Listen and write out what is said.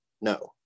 No